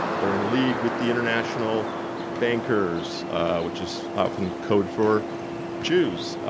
they're in league with the international bankers which is often code for jews.